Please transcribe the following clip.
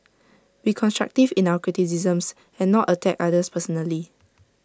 be constructive in our criticisms and not attack others personally